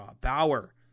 Bauer